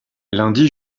lundi